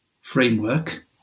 framework